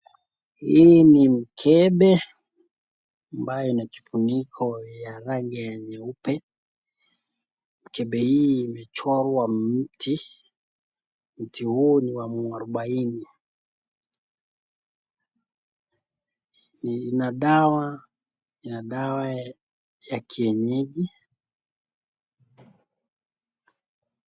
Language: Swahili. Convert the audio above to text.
Hii ni mkebe ambayo ina kifuniko ya rangi ya nyeupe, mkebe hii imechorwa mti, mti huo ni wa mwarubaini, ina dawa ya kienyeji.